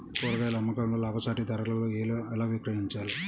కూరగాయాల అమ్మకంలో లాభసాటి ధరలలో ఎలా విక్రయించాలి?